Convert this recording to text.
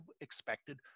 expected